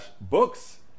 books